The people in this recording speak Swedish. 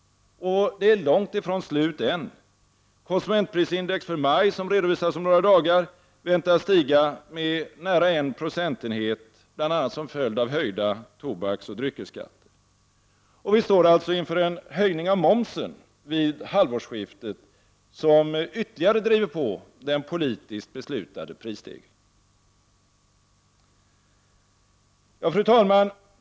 Det är långt ifrån slut än. Konsumentprisindex för maj, som redovisas om några dagar, väntas stiga med nära en procentenhet, bl.a. som följd av höjda tobaksoch dryckesskatter. Vi står även inför en höjning av momsen vid halvårsskiftet, som ytterligare kommer att driva på den politiskt beslutade prisstegringen. Fru talman!